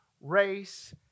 race